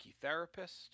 therapist